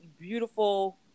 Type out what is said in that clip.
beautiful